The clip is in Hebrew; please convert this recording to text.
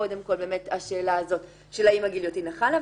קודם כול, באמת השאלה הזאת של האם הגיליוטינה חלה.